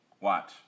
Watch